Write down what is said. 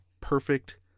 Perfect